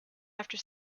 after